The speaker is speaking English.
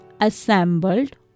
assembled